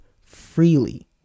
freely